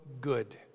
good